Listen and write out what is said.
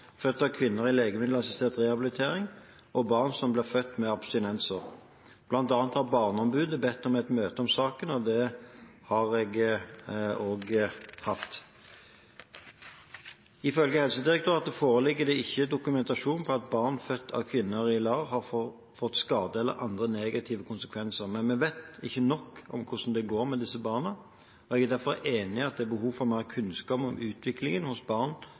født av kvinner i legemiddelassistert rehabilitering og barn født med abstinenser. Blant annet har Barneombudet bedt om et møte om saken, og det har vi hatt. Ifølge Helsedirektoratet foreligger det ikke dokumentasjon på at barn født av kvinner i LAR har fått skader, eller at det har blitt andre negative konsekvenser. Men vi vet ikke nok om hvordan det går med disse barna, og jeg er derfor enig i at det er behov for mer kunnskap om utviklingen hos barn